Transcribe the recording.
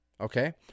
Okay